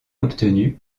obtenu